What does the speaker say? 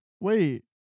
Wait